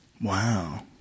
Wow